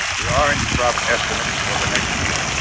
the orange crop estimates for the next year